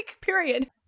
period